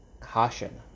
caution